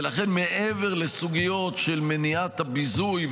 ולכן מעבר לסוגיות של מניעת הביזוי,